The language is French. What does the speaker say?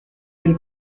noël